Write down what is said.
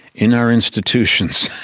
in our institutions,